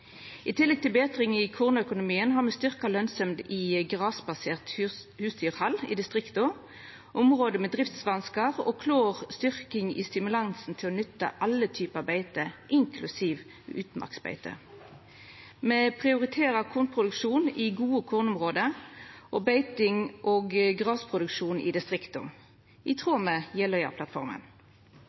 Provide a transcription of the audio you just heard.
I tillegg til å betra kornøkonomien har me styrkt lønsemda i grasbasert husdyrhald i distrikta og i område med driftsvanskar, og det er ei klår styrking av stimulansen til å nytta alle typar beite, inklusiv utmarksbeite. Me prioriterer kornproduksjon i gode kornområde og beiting og grasproduksjon i distrikta, i tråd med